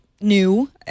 new